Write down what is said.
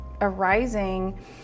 arising